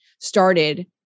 started